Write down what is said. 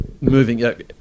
moving –